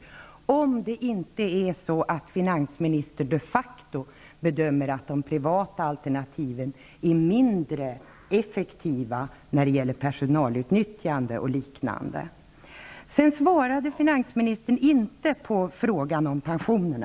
Detta om det inte är så att finansministern de facto bedömer saken så, att de privata alternativen är mindre effektiva när det gäller personalutnyttjande o. d. Finansministern svarade inte på frågan om pensionerna.